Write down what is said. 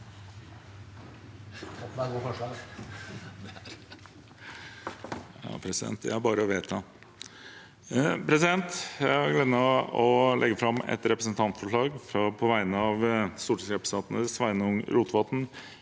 Jeg har gleden av å legge fram et representantforslag på vegne av stortingsrepresentantene Sveinung Rotevatn,